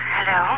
Hello